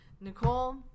Nicole